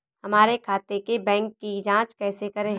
हमारे खाते के बैंक की जाँच कैसे करें?